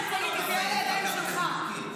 פקקטה זיקוקים.